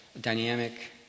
dynamic